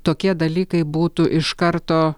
tokie dalykai būtų iš karto